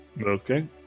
Okay